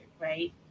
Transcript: right